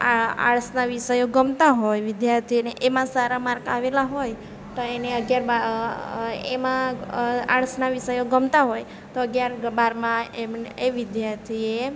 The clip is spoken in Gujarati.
આ આર્ટસની વિષયો ગમતા હોય વિદ્યાર્થીઓને એમાં સારા માર્કસ આવેલા હોય તો એને અગિયાર બાર એમાં આર્ટસના વિષયો ગમતા હોય તો અગિયાર બારમાં એ વિદ્યાર્થીએ